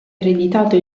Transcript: ereditato